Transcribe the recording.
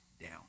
down